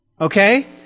okay